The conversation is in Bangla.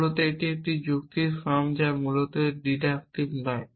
মূলত এইগুলি যুক্তির ফর্ম যা মূলত ডিডাক্টিভ নয়